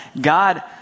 God